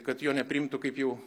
kad jo nepriimtų kaip jau